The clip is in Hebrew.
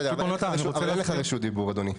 אבל, אין לך רשות דיבור, אדוני.